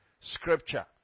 scripture